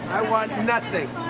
i want nothing.